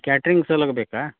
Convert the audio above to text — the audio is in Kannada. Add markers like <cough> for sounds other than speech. ಕ್ಯಾಟ್ರಿಂಗ್ <unintelligible> ಬೇಕಾ